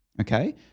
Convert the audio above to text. Okay